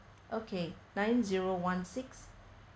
okay nine zero one six